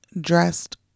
dressed